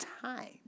time